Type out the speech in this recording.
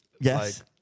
Yes